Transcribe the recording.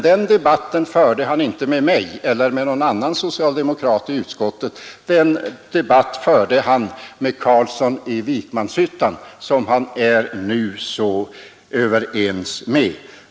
Den debatten förde han inte med mig eller någon annan socialdemokrat i utskottet utan med herr Carlsson i Vikmanshyttan, som han nu är så överens med.